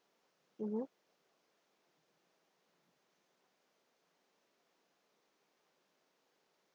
mmhmm